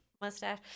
mustache